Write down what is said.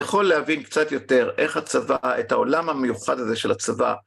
יכול להבין קצת יותר איך הצבא, את העולם המיוחד הזה של הצבא.